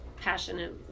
passionate